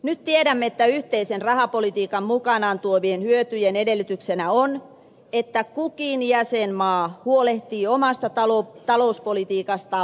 nyt tiedämme että yhteisen rahapolitiikan mukanaan tuomien hyötyjen edellytyksenä on että kukin jäsenmaa huolehtii omasta talouspolitiikastaan vastuullisesti